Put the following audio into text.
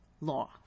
law